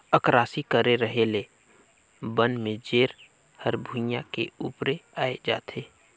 अकरासी करे रहें ले बन में जेर हर भुइयां के उपरे आय जाथे